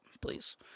please